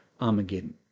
Armageddon